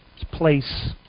place